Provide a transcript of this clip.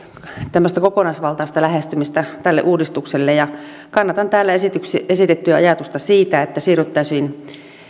tämmöistä kokonaisvaltaista lähestymistä tälle uudistukselle ja kannatan täällä esitettyä ajatusta siitä että siirryttäisiin